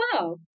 wow